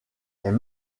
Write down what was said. est